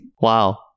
Wow